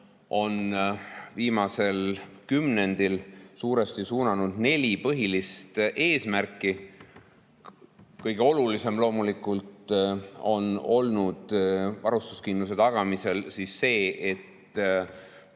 on viimasel kümnendil suuresti suunanud neli põhilist eesmärki. Kõige olulisem on loomulikult olnud varustuskindluse tagamisel see, et